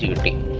yeah would be